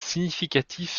significatif